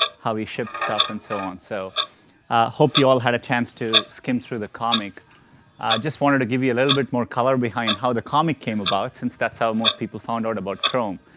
how we ship stuff and so on. so i hope you all had a chance to skim through the comic. i just wanted to give you a little bit more color behind how the comic came about since that's how most people found out about chrome.